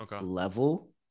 level